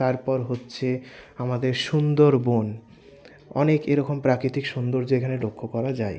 তারপর হচ্ছে আমাদের সুন্দরবন অনেক এরকম প্রাকৃতিক সুন্দর্য এখানে লক্ষ্য করা যায়